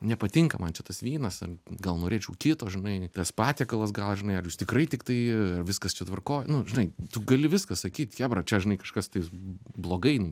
nepatinka man čia tas vynas ar gal norėčiau kito žinai tas patiekalas gal žinai ar jūs tikrai tiktai viskas čia tvarkoj nu žinai tu gali viską sakyti chebra čia žinai kažkas tai blogai